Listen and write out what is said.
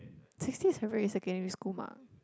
sixty is average in secondary mark